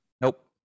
Nope